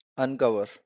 uncover